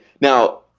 now